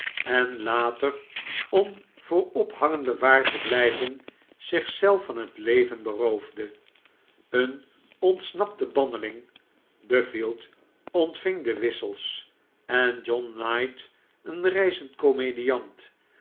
en later om voor ophangen bewaard te blijven zichzelf van het leven beroofde een ontsnapte banneling duffleld ontving de wissels en john knight een reizend komediant